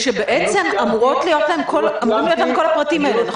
שבעצם אמורים להיות להם כל הפרטים האלה, נכון?